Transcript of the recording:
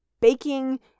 baking